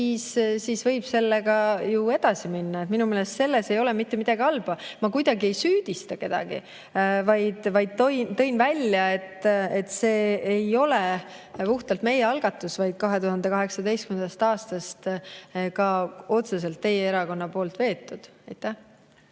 siis võib nendega ju edasi minna. Minu meelest ei ole selles mitte midagi halba, ma kuidagi ei süüdista kedagi, vaid tõin välja, et see ei ole puhtalt meie algatus, vaid 2018. aastast on seda otseselt ka teie erakond vedanud. Heiki